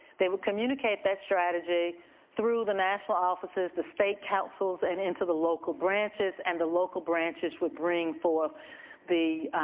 they would communicate that strategy through the national offices, the state councils and into the local branches and the local branches would bring forth the